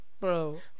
Bro